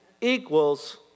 equals